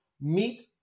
meet